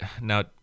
now